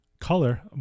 color